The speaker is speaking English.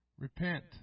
Repent